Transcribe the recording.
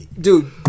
dude